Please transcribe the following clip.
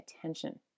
attention